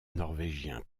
norvégiens